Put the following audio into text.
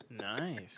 Nice